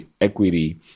equity